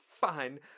Fine